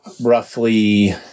roughly